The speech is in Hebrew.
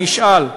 אני אשאל: